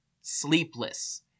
sleepless